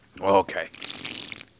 Okay